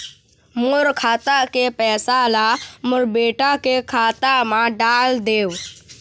मोर खाता के पैसा ला मोर बेटा के खाता मा डाल देव?